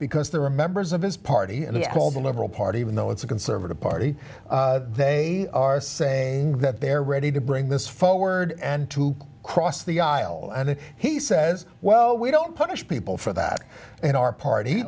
because there are members of his party and he called the liberal party even though it's a conservative party they are saying that they're ready to bring this forward and to cross the aisle and he says well we don't punish people for that in our party